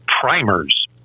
primers